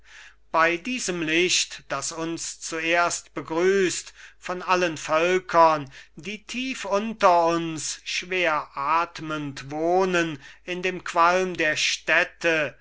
bei diesem licht das uns zuerst begrüsst von allen völkern die tief unter uns schweratmend wohnen in dem qualm der städte